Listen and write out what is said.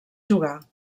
jugar